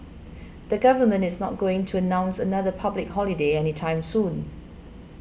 the government is not going to announce another public holiday anytime soon